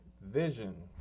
vision